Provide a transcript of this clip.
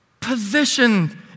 Positioned